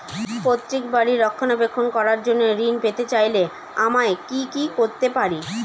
পৈত্রিক বাড়ির রক্ষণাবেক্ষণ করার জন্য ঋণ পেতে চাইলে আমায় কি কী করতে পারি?